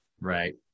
Right